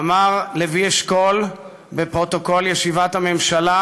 ואמר לוי אשכול בפרוטוקול ישיבת הממשלה